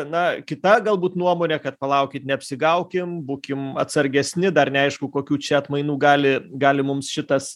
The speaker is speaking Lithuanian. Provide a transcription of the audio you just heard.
na kita galbūt nuomonė kad palaukit neapsigaukim būkim atsargesni dar neaišku kokių čia atmainų gali gali mums šitas